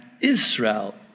Israel